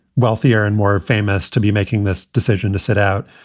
wealthier and more famous to be making this decision to sit out.